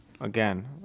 again